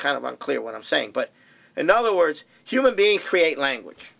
kind of unclear what i'm saying but in other words human beings create language